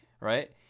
right